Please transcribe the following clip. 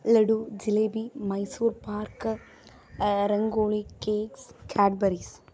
laddu jalebi Mysore pak rangoli cakes Cadbury's